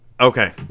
Okay